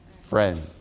friend